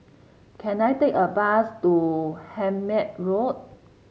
can I take a bus to Hemmant Road